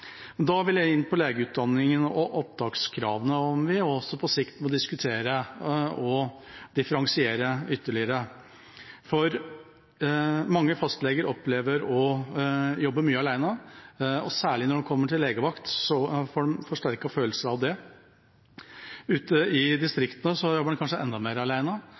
sitt. Da vil jeg inn på legeutdanningen og opptakskravene og om vi på sikt også må diskutere å differensiere ytterligere, for mange fastleger opplever å jobbe mye alene. Særlig når de kommer til legevakt, får de en forsterket følelse av det, og ute i distriktene jobber en kanskje enda mer